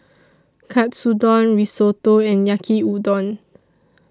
Katsudon Risotto and Yaki Udon